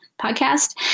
Podcast